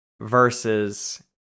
versus